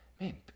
man